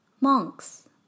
Monks